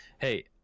Hey